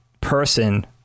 person